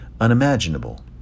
unimaginable